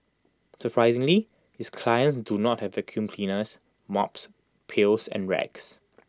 surprisingly his clients do not have vacuum cleaners mops pails and rags